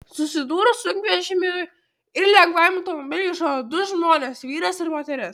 susidūrus sunkvežimiui ir lengvajam automobiliui žuvo du žmonės vyras ir moteris